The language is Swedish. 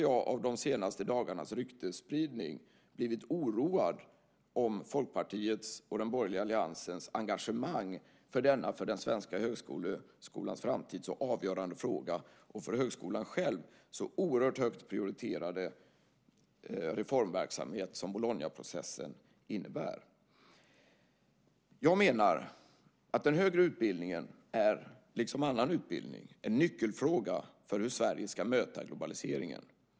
Av de senaste dagarnas ryktesspridning har jag blivit oroad över Folkpartiets och den borgerliga alliansens engagemang i denna för den svenska högskolans framtid så avgörande fråga och för högskolan själv så oerhört högt prioriterade reformverksamhet som Bolognaprocessen innebär. Jag menar att den högre utbildningen, liksom annan utbildning, är en nyckelfråga för hur Sverige ska möta globaliseringen.